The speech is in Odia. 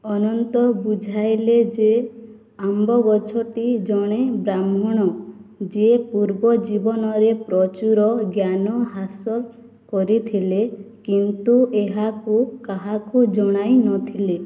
ଅନନ୍ତ ବୁଝାଇଲେ ଯେ ଆମ୍ବ ଗଛଟି ଜଣେ ବ୍ରାହ୍ମଣ ଯିଏ ପୂର୍ବ ଜୀବନରେ ପ୍ରଚୁର ଜ୍ଞାନ ହାସଲ କରିଥିଲେ କିନ୍ତୁ ଏହାକୁ କାହାକୁ ଜଣାଇନଥିଲେ